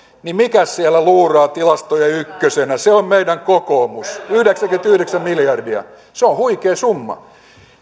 niin mikäs siellä luuraa tilastojen ykkösenä se on meidän kokoomus yhdeksänkymmentäyhdeksän miljardia se on huikea summa